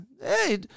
hey